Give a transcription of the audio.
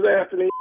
Anthony